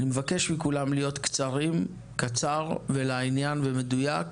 ואני מבקש מכולם להיות קצרים, קצר ולעניין ומדויק.